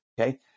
okay